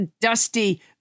dusty